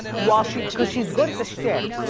while she, cause she's good at the shtick,